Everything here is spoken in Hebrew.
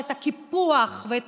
כי היא מפחדת לקבל שיעור על צביעות ועל